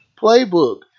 playbook